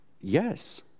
Yes